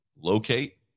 locate